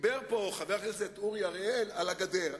דיבר פה חבר הכנסת אורי אריאל על הגדר.